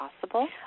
possible